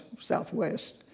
southwest